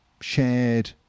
shared